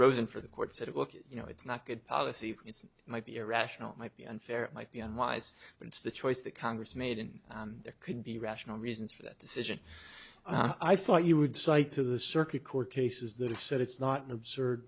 rosen for the court said it look you know it's not good policy it's might be irrational it might be unfair might be unwise but it's the choice that congress made and there could be rational reasons for that decision i thought you would cite to the circuit court cases that are said it's not an absurd